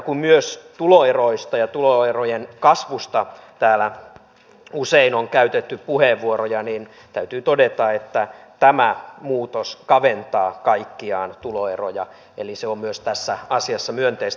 kun myös tuloeroista ja tuloerojen kasvusta täällä on usein käytetty puheenvuoroja niin täytyy todeta että tämä muutos kaventaa kaikkiaan tuloeroja eli myös se on tässä asiassa myönteistä